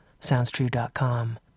SoundsTrue.com